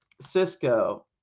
Cisco